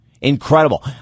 incredible